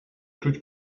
czuć